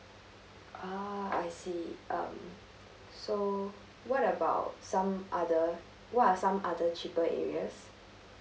ah I see um so what about some other what are some other cheaper areas